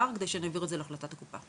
כדי שאני אעביר את זה להחלטת הקופה,